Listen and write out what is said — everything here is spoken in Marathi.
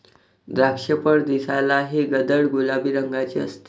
द्राक्षफळ दिसायलाही गडद गुलाबी रंगाचे असते